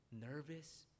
nervous